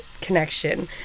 connection